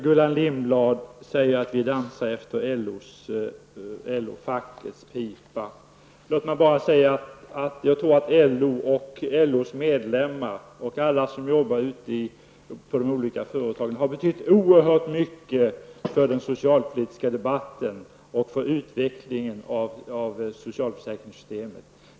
Gullan Lindblad säger att vi dansar efter LO fackets pipa. Låt mig bara säga att jag tror att LO, LOs medlemmar och alla som jobbar ute på företagen har betytt oerhört mycket för den socialpolitiska debatten och för utvecklingen av socialförsäkringssystemet.